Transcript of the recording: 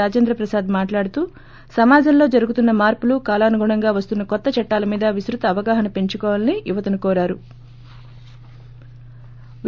రాజేంద్ర ప్రసాద్ మాట్లాడుతూ సమాజంలో జరుగుతున్న మార్పులు కాలానుగుణంగా వస్తున్న కొత్త చట్టాల మీద విస్తుత అవగాహన పెంచుకోవాలని యువతను కోరారు